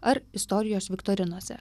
ar istorijos viktorinose